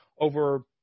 over